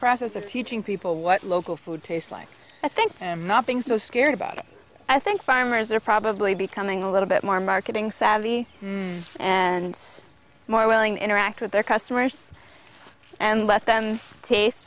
process of teaching people what local food tastes like i think and not being so scared about it i think farmers are probably becoming a little bit more marketing savvy and more willing to interact with their customers and let them taste